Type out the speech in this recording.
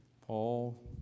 Paul